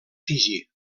fiji